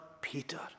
Peter